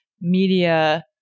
media